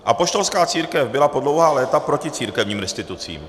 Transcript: Apoštolská církev byla po dlouhá léta proti církevním restitucím.